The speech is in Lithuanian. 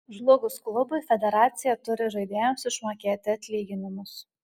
žlugus klubui federacija turi žaidėjams išmokėti atlyginimus